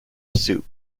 soup